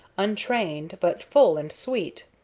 untrained, but full and sweet.